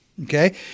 Okay